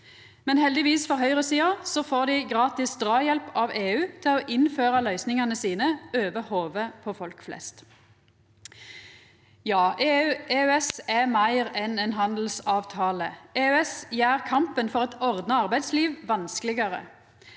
Men heldigvis for høgresida får dei gratis draghjelp av EU til å innføra løysingane sine over hovudet på folk flest. Ja, EØS er meir enn ein handelsavtale. EØS gjer kampen for eit ordna arbeidsliv vanskelegare.